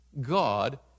God